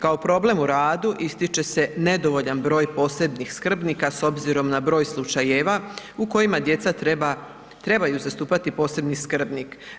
Kao problem u radu ističe se nedovoljan broj posebnih skrbnika s obzirom na broj slučajeva u kojima djeca treba, trebaju zastupati posebni skrbnik.